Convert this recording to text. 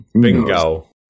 Bingo